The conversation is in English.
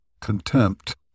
contempt